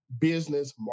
business